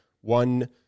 one